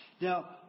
Now